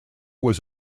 was